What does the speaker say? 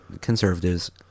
conservatives